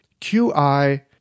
qi